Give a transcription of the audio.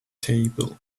table